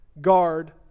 guard